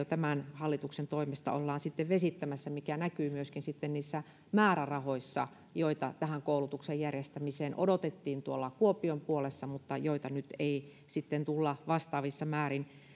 tämän hallituksen toimesta ollaan vesittämässä mikä näkyy myöskin niissä määrärahoissa joita tähän koulutuksen järjestämiseen odotettiin tuolla kuopion puolessa mutta joita nyt ei sitten tulla vastaavissa määrin